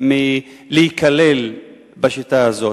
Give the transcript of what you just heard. מלהיכלל בשיטה הזאת.